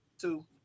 two